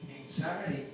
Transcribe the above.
Anxiety